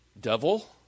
devil